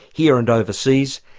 here and overseas,